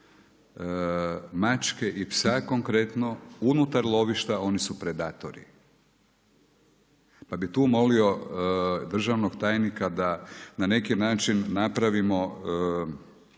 mačke i psa konkretno unutar lovišta oni su predatori. Pa bih tu molio državnog tajnika da na neki način napravimo